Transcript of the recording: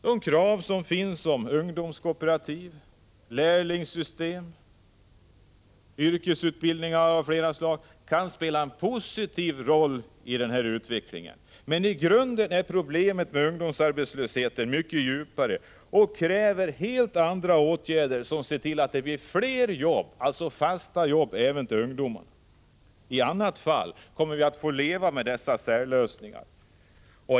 De krav som finns på ungdomskooperativ, lärlingssystem och yrkesutbildning av flera slag kan spela en positiv roll i denna utveckling. Men i grunden är problemet med ungdomsarbetslösheten mycket större och kräver helt andra åtgärder, som medför att det blir fler fasta jobb även till ungdomarna. I annat fall kommer vi att få leva med dessa särlösningar.